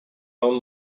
own